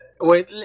wait